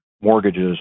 mortgages